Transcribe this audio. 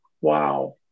wow